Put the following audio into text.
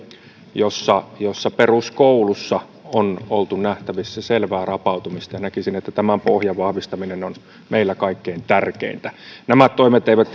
jossa jossa peruskoulussa on ollut nähtävissä selvää rapautumista näkisin että tämän pohjan vahvistaminen on meillä kaikkein tärkeintä nämä toimet eivät